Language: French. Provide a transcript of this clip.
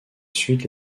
suite